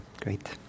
Great